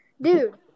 Dude